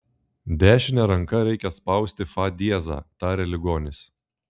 dešine ranka reikia spausti fa diezą tarė ligonis